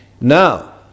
Now